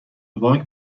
بانک